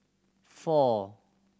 four